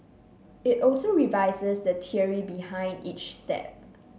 it also revises the theory behind each step